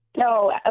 No